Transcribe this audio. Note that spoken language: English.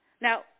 Now